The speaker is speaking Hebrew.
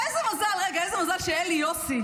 איזה מזל שאלי יוסי,